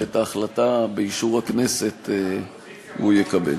ואת ההחלטה באישור הכנסת הוא יקבל.